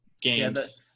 games